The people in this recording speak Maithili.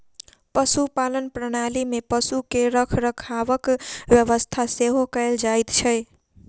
पशुपालन प्रणाली मे पशु के रखरखावक व्यवस्था सेहो कयल जाइत छै